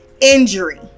injury